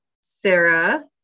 Sarah